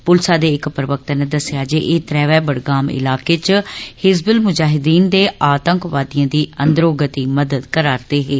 पुलसै दे इक प्रवक्ता नै दस्सेआ जे एह त्रैवै बड़गाम इलाके च हिजबुल मुजाहिद्दीन दे आतंकवादियें दी अन्दरोगति मदद करा'रदे हे